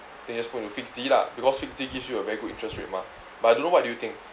then just put you fixed D lah because fixed D gives you a very good interest rate mah but I don't know what do you think